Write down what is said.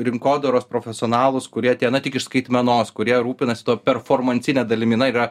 rinkodaros profesionalus kurie tie na tik iš skaitmenos kurie rūpinasi tuo performansine dalimi na yra